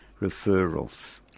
referrals